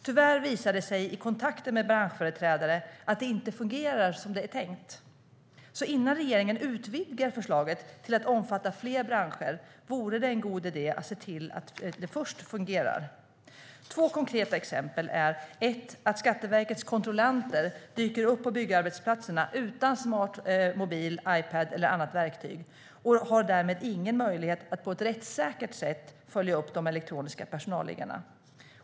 Tyvärr visar det sig, i kontakter med branschföreträdare, att det inte fungerar som det är tänkt. Innan regeringen utvidgar förslaget till att omfatta fler branscher vore det alltså en god idé att först se till att det fungerar. Det finns två konkreta exempel. För det första dyker Skatteverkets kontrollanter upp på byggarbetsplatserna utan smart mobil, Ipad eller annat verktyg. De har därmed ingen möjlighet att på ett rättssäkert sätt följa upp de elektroniska personalliggarna.